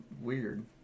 weird